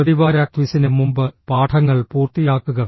പ്രതിവാര ക്വിസിന് മുമ്പ് പാഠങ്ങൾ പൂർത്തിയാക്കുക